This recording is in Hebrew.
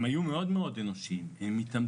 הם היו מאוד אנושיים והתאמצו